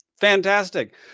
Fantastic